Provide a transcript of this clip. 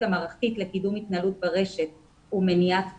המערכתית לקידום התנהלות ברשת ומניעת פגיעה.